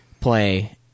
play